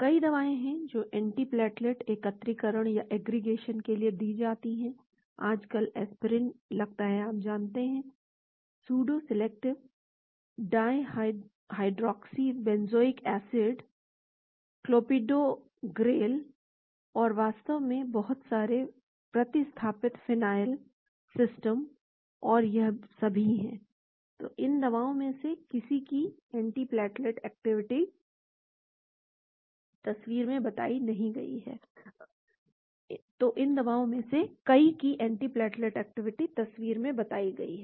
कई दवाएं हैं जो एंटीप्लेटलेट एकत्रीकरण या एग्रीगेशन के लिए दी जाती हैं आजकल एस्पिरिन लगता है आप जानते हैं pseudo salicylate dihydroxybenzoic acid clopidogrel और वास्तव में बहुत सारे प्रतिस्थापित फिनाइल सिस्टम और यह सभी हैं तो इन दवाओं में से कई की एंटीप्लेटलेट एक्टिविटी तस्वीर में बताई गई है